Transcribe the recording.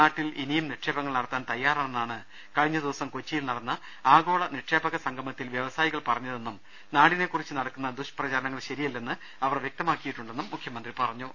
നാട്ടിൽ ഇനിയും നിക്ഷേപങ്ങൾ നടത്താൻ തയ്യാറാണെന്നാണ് കഴിഞ്ഞ ദിവസം കൊച്ചിയിൽ നടന്ന ആഗോള നിക്ഷേപക സംഗമത്തിൽ വൃവസായികൾ പറഞ്ഞതെന്നും നാടിന്റെ കുറിച്ച് നടക്കുന്ന ദുഷ്പ്രചാരണങ്ങൾ ശരിയല്ലെന്ന് അവർ വൃക്തമാക്കിയിട്ടുണ്ടെന്നും മുഖ്യമന്ത്രി പറഞ്ഞു